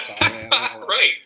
Right